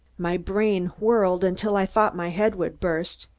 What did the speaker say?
my brain whirled until i thought my head would burst.